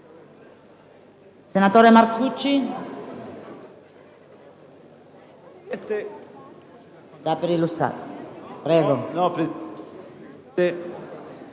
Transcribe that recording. senatore Marcucci